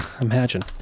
imagine